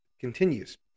continues